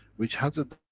which has a,